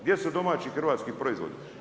Gdje su domaći hrvatski proizvodi?